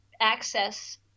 access